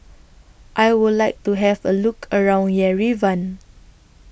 I Would like to Have A Look around Yerevan